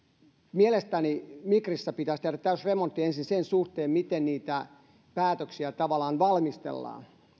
mielestäni migrissä pitäisi tehdä täysremontti ensin sen suhteen miten niitä päätöksiä valmistellaan